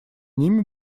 ними